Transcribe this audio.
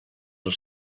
els